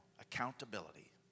Accountability